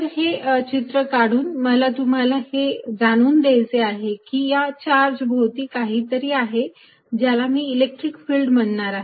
तर हे चित्र काढून मला तुम्हाला हे जाणवून द्यायचे आहे की या चार्ज भोवती काहीतरी आहे ज्याला मी इलेक्ट्रिक फिल्ड म्हणणार आहे